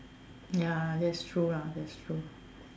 ya that's true lah that's true